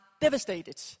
devastated